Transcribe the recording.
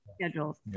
schedules